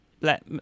let